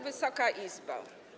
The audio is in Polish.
Wysoka Izbo!